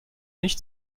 nicht